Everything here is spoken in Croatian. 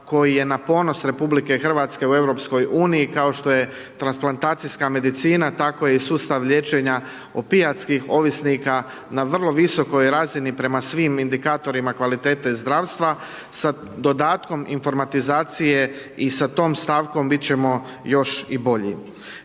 koji je na ponos RH u EU kao što je transplantacijska medicina, tako je i sustav liječenja opijatskih ovisnika na vrlo visokoj razini, prema svim razinama, prema svim indikatorima kvalitete zdravstva, sa dodatkom informatizacije i sa tom stavkom biti ćemo još i bolji.